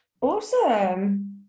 awesome